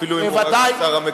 אפילו אם הוא רק השר המקשר.